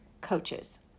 coaches